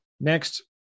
Next